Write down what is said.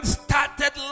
started